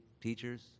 teachers